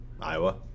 Iowa